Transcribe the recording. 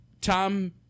Tom